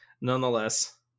nonetheless